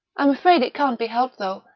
i'm afraid it can't be helped though,